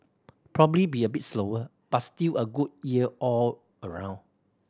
probably be a bit slower but still a good year all around